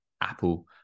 apple